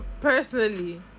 personally